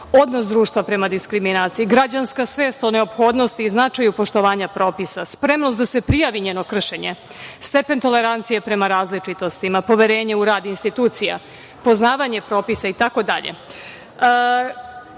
odnos društva prema diskriminaciji, građanska svest o neophodnosti i značaju poštovanja propisa, spremnost da se prijavi njeno kršenje, stepen tolerancije prema različitostima, poverenje u rad institucija, poznavanje propisa, itd. Kao